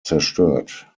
zerstört